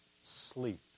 sleep